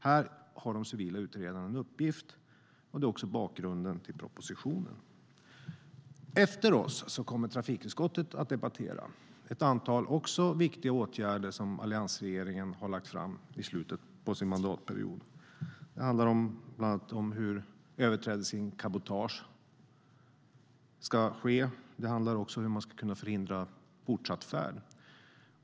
Här har de civila utredarna en uppgift, och det är också bakgrunden till propositionen. Efter den här debatten kommer trafikutskottet att debattera ett antal andra viktiga åtgärder alliansregeringen lade fram i slutet av sin mandatperiod. Det handlar bland annat om överträdelser inom cabotage och hur man ska kunna förhindra fortsatt färd.